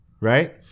right